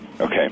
Okay